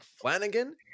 flanagan